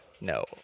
No